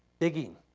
digging,